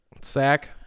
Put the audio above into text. Sack